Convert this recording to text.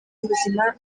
y’ubuzima